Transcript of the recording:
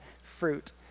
fruit